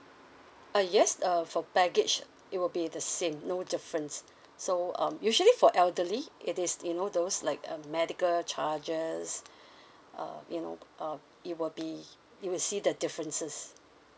uh yes uh for baggage it will be the same no difference so um usually for elderly it is you know those like uh medical charges uh you know um it will be you will see the differences